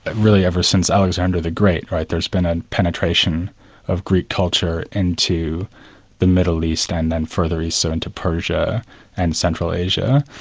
really ever since alexander the great there's been a penetration of greek culture into the middle east and then further east so into persia and central asia,